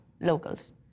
locals